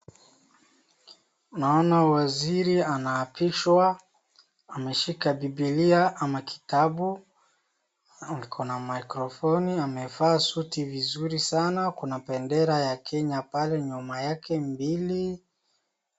Naona waziri anaapishwa, ameshika bibilia, ama kitabu, ako maikrofoni, amevaa suti vizuri sana, kuna bendera ya kenya pale nyuma yake mbili.